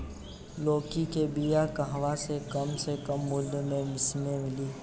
लौकी के बिया कहवा से कम से कम मूल्य मे मिली?